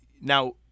now